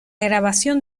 grabación